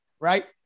right